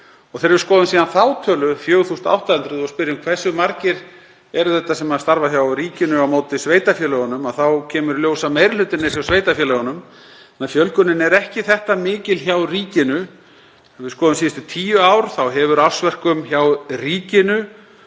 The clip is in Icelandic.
þegar við skoðum síðan þá tölu, 4.800, og spyrjum um hversu margir þeir eru sem starfa hjá ríkinu á móti sveitarfélögunum, þá kemur í ljós að meiri hlutinn er hjá sveitarfélögunum. Þannig að fjölgunin er ekki þetta mikil hjá ríkinu. Ef við skoðum síðustu tíu ár hefur ársverkum hjá ríkinu